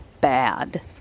bad